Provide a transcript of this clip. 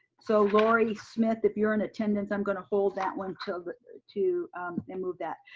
so laurie smith if you're in attendance, i'm gonna hold that one to to and move that.